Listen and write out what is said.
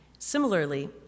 Similarly